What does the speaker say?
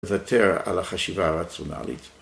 ‫לוותר על החשיבה הרצונלית.